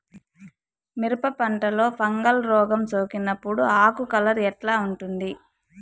మిరప పంటలో ఫంగల్ రోగం సోకినప్పుడు ఆకు కలర్ ఎట్లా ఉంటుంది?